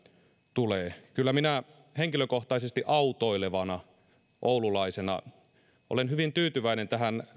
tulee kyllä minä henkilökohtaisesti olen autoilevana oululaisena hyvin tyytyväinen tähän